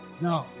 no